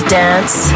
dance